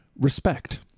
Respect